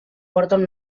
porten